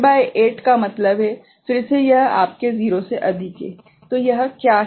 तो 12 भागित 8 का मतलब है फिर से यह आपके 0 से अधिक है तो यह क्या है